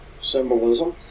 symbolism